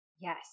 Yes